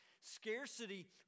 scarcity